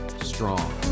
strong